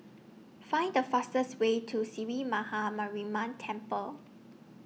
Find The fastest Way to Sree Maha Mariamman Temple